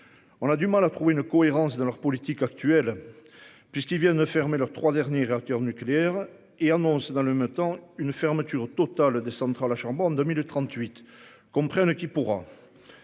On a du mal à trouver une cohérence dans leur politique actuelle. Puisqu'il vient de fermer leurs trois derniers réacteurs nucléaires et annonce dans le même temps une fermeture totale des centrales à charbon en 2038. Comprenne qui pourra.